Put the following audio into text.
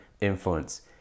influence